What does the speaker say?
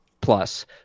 plus